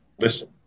listen